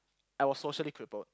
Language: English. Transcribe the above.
I was socially crippled